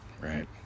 right